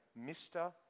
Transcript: Mr